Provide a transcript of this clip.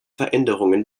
veränderungen